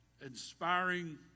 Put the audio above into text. inspiring